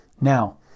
Now